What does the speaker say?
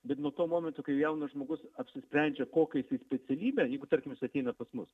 bet nuo to momento kai jaunas žmogus apsisprendžia kokią specialybę jeigu tarkim jis ateina pas mus